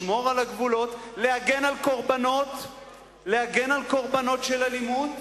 לשמור על הגבולות, להגן על קורבנות של אלימות